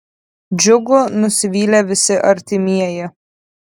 džiugu nusivylė visi artimieji